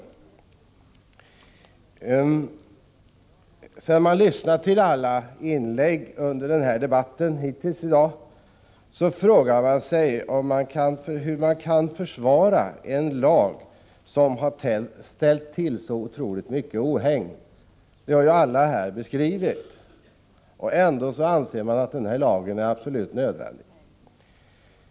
När man har lyssnat till alla tillägg i dagens debatt frågar man sig hur en lag som har ställt till så mycket ohägn kan försvaras. Alla här har ju beskrivit nackdelarna. Ändå anser man att lagen är absolut nödvändig.